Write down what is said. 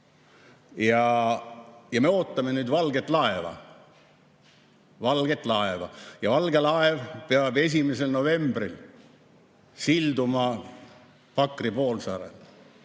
Ja me ootame nüüd valget laeva. Valget laeva! Ja valge laev peab 1. novembril silduma Pakri poolsaare